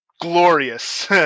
glorious